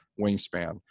wingspan